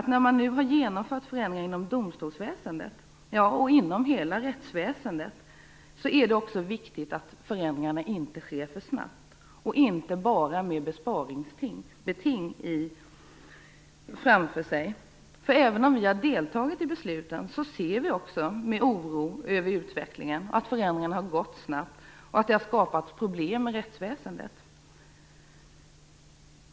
När man nu har genomfört förändringar inom domstolsväsendet och inom hela rättsväsendet, anser vi i Vänsterpartiet att det är viktigt att förändringarna inte sker för snabbt och inte bara med besparingsbeting i åtanke. Även om vi har deltagit i besluten ser vi med oro på utvecklingen. Förändringarna har skett snabbt, och det har skapat problem i rättsväsendet.